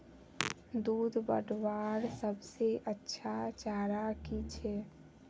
दूध बढ़वार सबसे अच्छा चारा की छे?